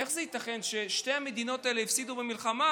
איך זה ייתכן ששתי המדינות האלה הפסידו במלחמה